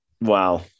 Wow